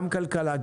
גם כלכלה,